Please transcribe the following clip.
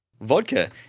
vodka